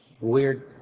weird